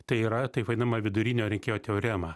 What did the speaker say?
tai yra taip vadinama vidurinio rinkėjo teorema